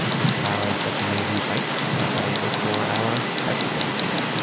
which powers such amazing sites such as the four hour everything for tim.